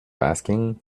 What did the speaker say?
asking